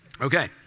Okay